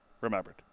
remembered